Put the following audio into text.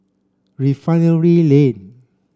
Refinery Lane